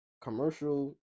commercial